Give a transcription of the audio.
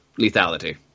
lethality